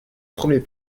premier